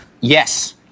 Yes